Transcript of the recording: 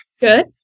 Good